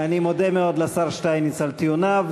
ואני מודה מאוד לשר שטייניץ על טיעוניו.